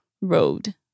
road